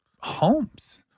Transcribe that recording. homes